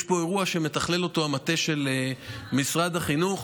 יש פה אירוע שמתכלל אותו המטה של משרד החינוך,